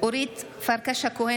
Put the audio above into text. אורית פרקש הכהן,